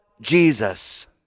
Jesus